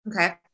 Okay